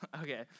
okay